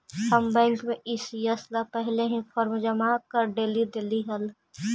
हम बैंक में ई.सी.एस ला पहले से ही फॉर्म जमा कर डेली देली हल